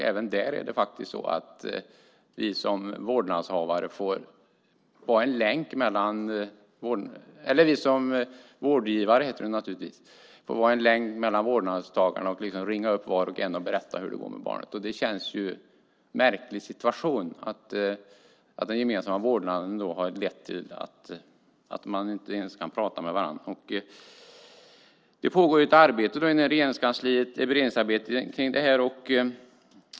Även där är det faktiskt så att vi som vårdgivare får vara en länk mellan vårdnadshavarna och ringa upp dem var för sig och berätta om hur det går med deras barn. Det känns märkligt att detta med gemensam vårdnad har lett till att man inte ens kan prata med varandra. I Regeringskansliet pågår ett beredningsarbete om sådant här.